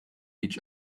each